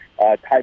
type